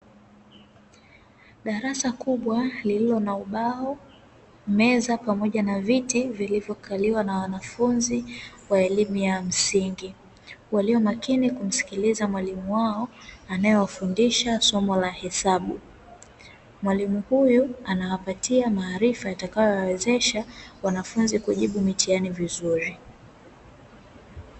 Darasa kubwa lililo na ubao, meza pamoja na viti vilivyokaliwa na wanafunzi wa elimu ya msingi walio makini kumsikiliza mwalimu wao anaewafundisha somo la hesabu. Mwalimu huyu anawapatia maarifa yatakayo wawezesha wanafunzi kujibu mitihani vizuri.